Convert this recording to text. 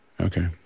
Okay